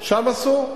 שם עשו,